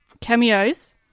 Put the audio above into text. cameos